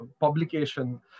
publication